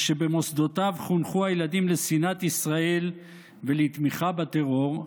ושבמוסדותיו חונכו הילדים לשנאת ישראל ולתמיכה בטרור,